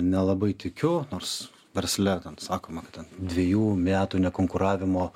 nelabai tikiu nors versle ten sakoma kad ten dviejų metų nekonkuravimo